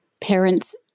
parents